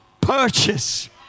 purchase